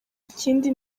ikindi